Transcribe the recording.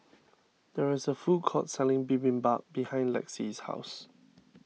there is a food court selling Bibimbap behind Lexie's house